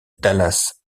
dallas